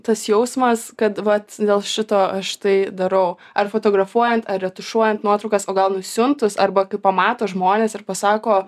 tas jausmas kad vat dėl šito aš tai darau ar fotografuojant ar retušuojant nuotraukas o gal nusiuntus arba kai pamato žmones ir pasako